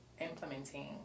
implementing